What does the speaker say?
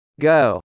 Go